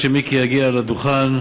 עד שמיקי יגיע לדוכן,